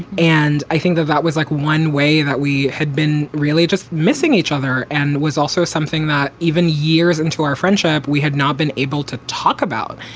and i think that that was like one way that we had been really just missing each other and was also something that even years into our friendship, we had not been able to talk about.